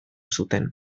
zuten